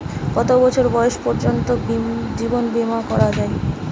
কত বছর বয়স পর্জন্ত জীবন বিমা করা য়ায়?